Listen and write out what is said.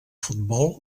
futbol